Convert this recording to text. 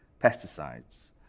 pesticides